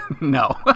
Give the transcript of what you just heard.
No